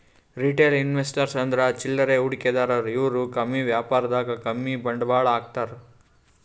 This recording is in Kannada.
ರಿಟೇಲ್ ಇನ್ವೆಸ್ಟರ್ಸ್ ಅಂದ್ರ ಚಿಲ್ಲರೆ ಹೂಡಿಕೆದಾರು ಇವ್ರು ಕಮ್ಮಿ ವ್ಯಾಪಾರದಾಗ್ ಕಮ್ಮಿ ಬಂಡವಾಳ್ ಹಾಕ್ತಾರ್